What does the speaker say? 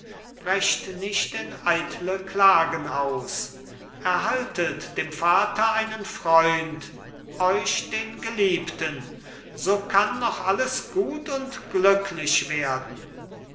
brecht nicht in eitle klagen aus erhaltet dem vater einen freund euch den geliebten so kann noch alles gut und glücklich werden